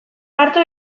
hartu